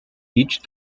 each